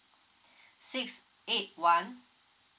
six eight one